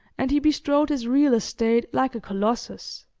and he bestrode his real estate like a colossus,